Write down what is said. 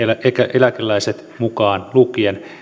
eläkeläiset mukaan lukien